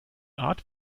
art